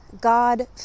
God